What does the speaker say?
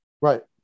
Right